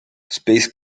space